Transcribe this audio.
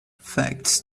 facts